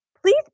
please